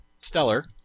stellar